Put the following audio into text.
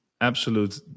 absolute